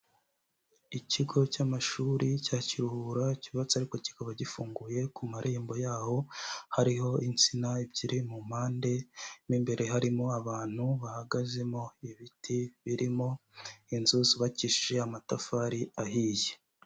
Ikigo cy'amashuri cya kiruhura cyubatse ariko kikaba gifunguye, ku marembo yaho hariho insina ebyiri mu mpande mo imbere harimo abantu bahagazemo, ibiti birimo, inzu zubabakishije amatafari ahiye.